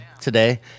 today